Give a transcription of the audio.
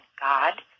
God